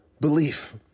belief